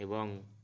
ଏବଂ